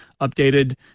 updated